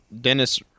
Dennis